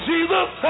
Jesus